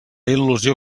il·lusió